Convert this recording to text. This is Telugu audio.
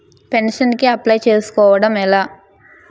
పెన్షన్ కి అప్లయ్ చేసుకోవడం ఎలా?